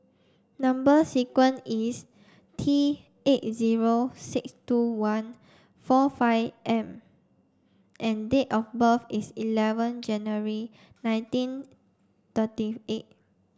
number sequence is T eight zero six two one four five M and date of birth is eleven January nineteen thirty eight